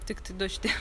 tiktai du šitie